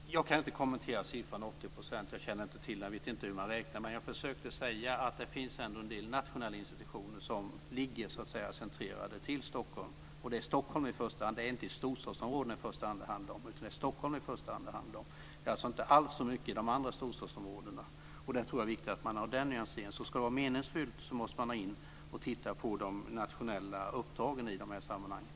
Fru talman! Jag kan inte kommentera siffran 80 %. Jag känner inte till den. Jag vet inte hur man räknar. Jag försökte säga att det finns en del nationella institutioner som ligger centrerade till Stockholm. Det gäller i första hand Stockholm och inte storstadsområdena. Det finns alltså inte alls så många i de andra storstadsområdena. Jag tror att det är viktigt att man gör den nyanseringen. Om det ska vara meningsfullt måste man gå in och titta på de nationella uppdragen i de här sammanhangen.